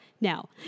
Now